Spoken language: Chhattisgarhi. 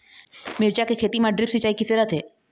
मिरचा के खेती म ड्रिप सिचाई किसे रथे?